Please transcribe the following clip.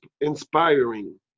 inspiring